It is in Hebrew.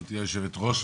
גברתי יושבת הראש,